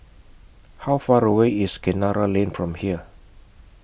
How Far away IS Kinara Lane from here